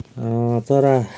चरा